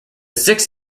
six